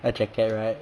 a jacket right